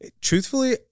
Truthfully